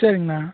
சரிங்ண்ணா